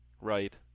right